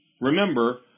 Remember